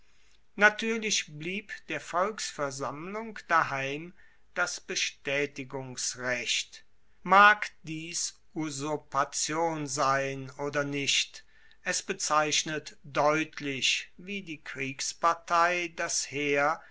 natuerlich blieb der volksversammlung daheim das bestaetigungsrecht mag dies usurpation sein oder nicht es bezeichnet deutlich wie die kriegspartei das heer